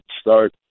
start